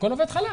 הכל עובד חלק.